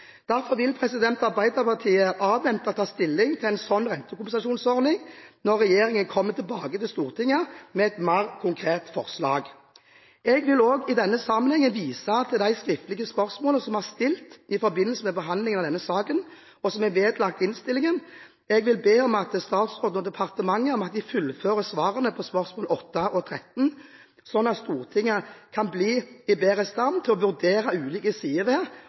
Derfor vil Arbeiderpartiet avvente og ta stilling til en slik rentekompensasjonsordning når regjeringen kommer tilbake til Stortinget med et mer konkret forslag. Jeg vil også i denne sammenhengen vise til de skriftlige spørsmålene vi har stilt i forbindelse med behandlingen av denne saken, som er vedlagt innstillingen. Jeg vil be om at statsråden og departementet fullfører svarene på spørsmål 8 og 13, slik at Stortinget kan bli bedre i stand til å vurdere ulike sider ved,